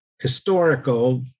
historical